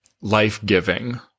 life-giving